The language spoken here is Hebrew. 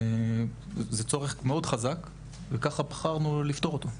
זה צורך מאוד חזק וככה בחרנו לפתור אותו,